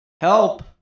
Help